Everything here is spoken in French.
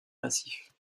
massif